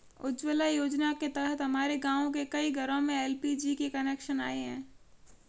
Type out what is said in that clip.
उज्ज्वला योजना के तहत हमारे गाँव के कई घरों में एल.पी.जी के कनेक्शन आए हैं